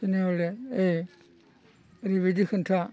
थेनेहले ओइ ओरैबायदि खोन्था